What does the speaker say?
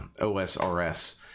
OSRS